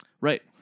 Right